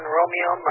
Romeo